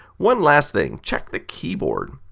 one last thing, check the keyboard.